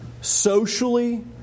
socially